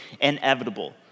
inevitable